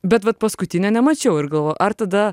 bet vat paskutinio nemačiau ir galvoju ar tada